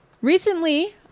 Recently